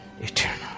eternal